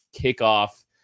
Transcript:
kickoff